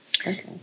Okay